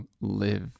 live